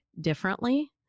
differently